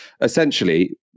essentially